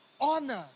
honor